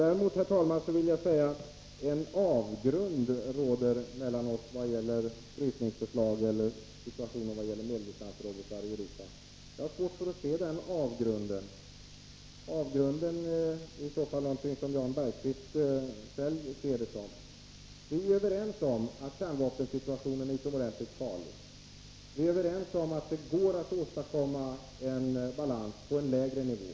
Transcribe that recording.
Däremot vänder jag mig emot att en avgrund skulle stå mellan oss vad angår frysningsförslag eller situationen i fråga om medeldistansrobotar i Europa. Jag har svårt att se den avgrunden. Avgrunden finns nog i Jan Bergqvists eget sätt att se. Vi är ju överens om att kärnvapensituationen är utomordentligt farlig. Vi är överens om att det går att åstadkomma en balans på en lägre nivå.